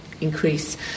increase